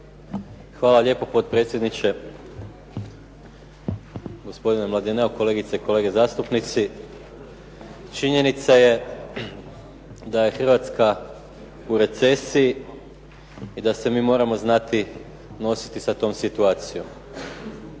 Hvala lijepa potpredsjedniče. Gospodine Mladineo, kolegice i kolege zastupnici. Činjenica je da je Hrvatska u recesiji i da se mi moramo znati nositi sa tom situacijom.